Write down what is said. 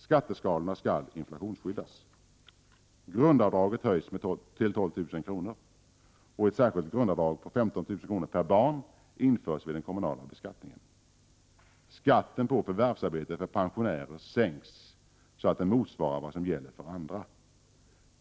Skatteskalorna skall inflationsskyddas. Skatten på förvärvsarbete för pensionärer sänks så att den motsvarar vad som gäller för andra.